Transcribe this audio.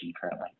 currently